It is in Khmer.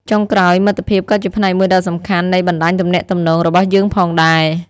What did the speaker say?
ចុងក្រោយ មិត្តភាពក៏ជាផ្នែកមួយដ៏សំខាន់នៃ បណ្តាញទំនាក់ទំនង របស់យើងផងដែរ។